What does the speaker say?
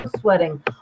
sweating